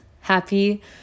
Happy